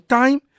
time